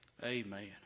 Amen